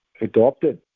adopted